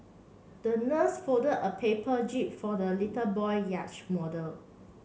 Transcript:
the nurse fold a paper jib for the little boy yachts model